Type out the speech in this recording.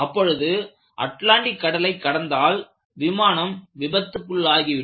அப்பொழுது அட்லாண்டிக் கடலை கடந்தால் விமானம் விபத்துக்குள்ளாகிவிடும்